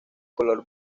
color